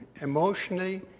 emotionally